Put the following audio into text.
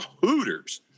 hooters